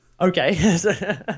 Okay